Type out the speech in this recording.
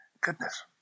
Goodness